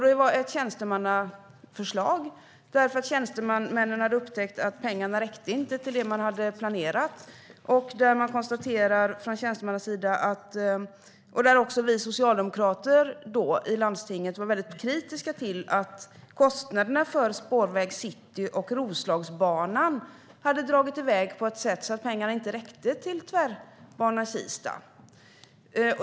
Det var ett tjänstemannaförslag, därför att tjänstemännen hade upptäckt att pengarna inte räckte till det man hade planerat. Socialdemokraterna i landstinget var kritiska till att kostnaderna för Spårväg City och Roslagsbanan hade dragit iväg på ett sätt så att pengarna inte räckte till Tvärbanan Kista.